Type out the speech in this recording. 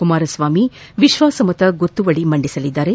ಕುಮಾರಸ್ನಾಮಿ ವಿಶ್ವಾಸಮತ ಗೊತ್ತುವಳ ಮಂಡಿಸಲಿದ್ದಾರೆ